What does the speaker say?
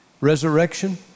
resurrection